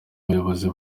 bayobozi